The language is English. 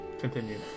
Continue